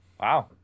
Wow